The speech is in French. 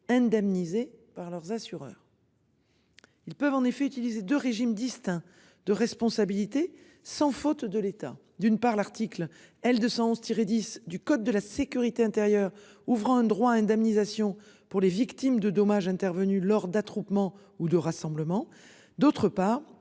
indemnisées par leurs assureurs. Ils peuvent en effet utiliser de régimes distincts de responsabilité sans faute de l'État. D'une part l'article L 211 tirer 10 du code de la sécurité intérieure ouvrant droit à indemnisation pour les victimes de dommages intervenus lors d'attroupements ou de rassemblements d'autre part